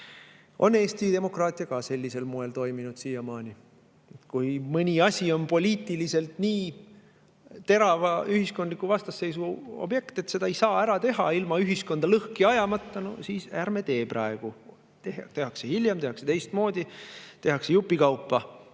ka Eesti demokraatia sellisel moel siiamaani toiminud. Kui mõni asi on poliitiliselt nii terava ühiskondliku vastasseisu objekt, et seda ei saa teha ilma ühiskonda lõhki ajamata, siis ärme tee praegu. Tehakse hiljem, tehakse teistmoodi, tehakse jupikaupa